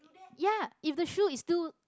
ya if the shoe is still